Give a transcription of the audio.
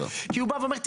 כי הוא בא ואומר,